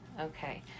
Okay